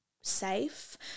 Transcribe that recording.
safe